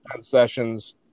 sessions